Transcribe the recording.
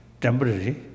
temporary